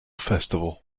festival